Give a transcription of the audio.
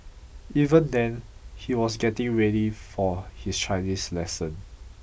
even then he was getting ready for his Chinese lesson